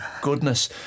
goodness